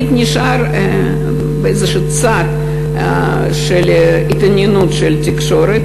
נשאר באיזה צד של ההתעניינות של התקשורת.